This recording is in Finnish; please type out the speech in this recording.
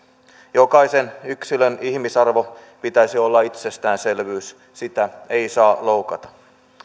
jokaisen yksilön ihmisarvon pitäisi olla itsestäänselvyys sitä ei saa loukata